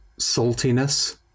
saltiness